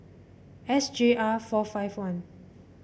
S J R four five one